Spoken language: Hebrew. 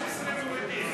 16 מורידים.